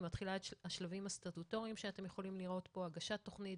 היא מתחילה את השלבים הסטטוטוריים שאתם יכולים לראות פה הגשת תכנית,